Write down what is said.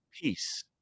peace